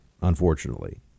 unfortunately